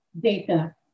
data